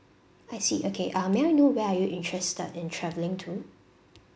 I see okay uh may I know where are you interested in travelling to